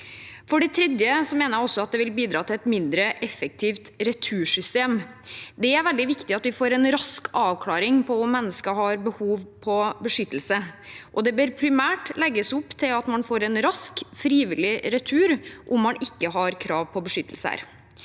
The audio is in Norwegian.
For det tredje mener jeg også at det vil bidra til et mindre effektivt retursystem. Det er veldig viktig at vi får en rask avklaring på om et menneske har behov for beskyttelse, og det bør primært legges opp til at man får en rask, frivillig retur om man ikke har krav på beskyttelse